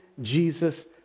Jesus